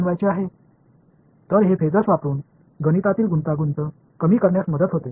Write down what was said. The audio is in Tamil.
எனவே இது பேஸர்களைப் பயன்படுத்துவது கணித சிக்கலைக் குறைக்க உதவுகிறது